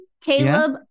Caleb